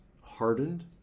hardened